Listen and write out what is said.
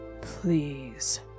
please